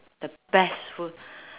the best food